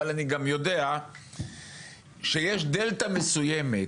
אבל אני גם יודע שיש דלתא מסוימת,